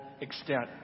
extent